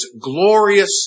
glorious